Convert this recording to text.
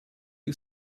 you